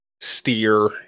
steer